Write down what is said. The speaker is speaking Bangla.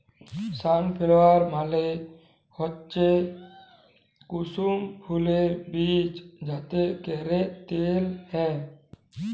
সানফালোয়ার মালে হচ্যে কুসুম ফুলের বীজ যাতে ক্যরে তেল হ্যয়